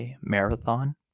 Marathon